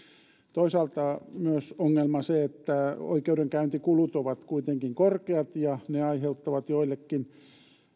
toisaalta myös ongelma on se että oikeudenkäyntikulut ovat kuitenkin korkeat ja ne aiheuttavat joillekin